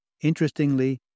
Interestingly